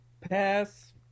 Pass